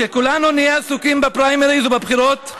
כשכולנו נהיה עסוקים בפריימריז ובבחירות,